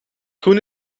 groen